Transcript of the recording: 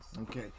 Okay